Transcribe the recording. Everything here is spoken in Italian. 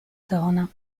zona